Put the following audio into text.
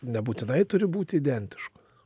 nebūtinai turi būti identiškos